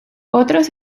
otros